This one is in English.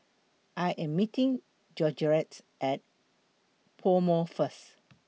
I Am meeting Georgette At Pomo First